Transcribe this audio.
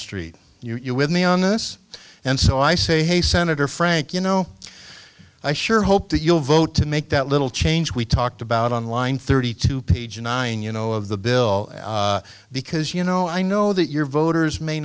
street you're with me on this and so i say hey senator frank you know i sure hope that you'll vote to make that little change we talked about on line thirty two page nine you know of the bill because you know i know that your voters may